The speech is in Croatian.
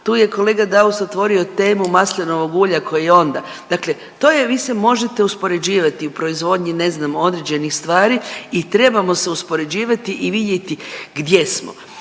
Tu je kolega Daus otvorio temu maslinovog ulja kao i onda. Dakle, to je vi se možete uspoređivati u proizvodnji ne znam određenih stvari i trebamo se uspoređivati i vidjeti gdje smo.